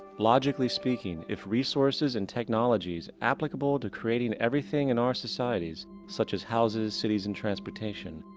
logically speaking, if resources and technologies, applicable to creating everything in our societies such as houses, cities and transportation,